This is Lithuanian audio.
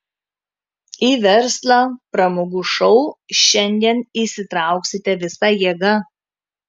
į verslą pramogų šou šiandien įsitrauksite visa jėga